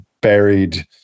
buried